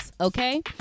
okay